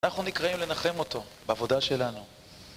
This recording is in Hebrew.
אנחנו נקראים לנחם אותו בעבודה שלנו